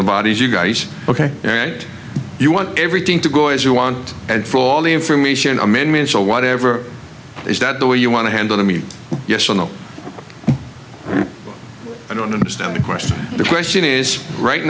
nobody's you got he's ok all right you want everything to go as you want and for all the information amendments or whatever is that the way you want to handle me yes or no i don't understand the question the question is right